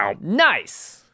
nice